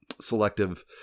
selective